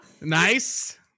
Nice